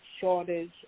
shortage